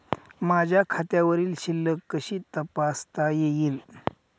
माझ्या खात्यावरील शिल्लक कशी तपासता येईल?